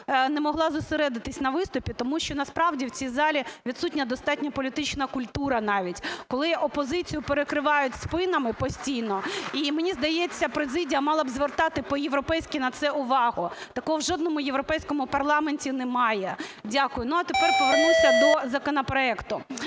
не могла зосередитись на виступі, тому що насправді в цій залі відсутня достатньо політична культура навіть, коли опозицію перекривають спинами постійно. І мені здається, президія мала б звертати по-європейськи на це увагу. Такого в жодному європейському парламенті немає. Дякую. А тепер повернуся до законопроекту.